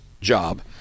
job